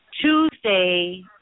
Tuesday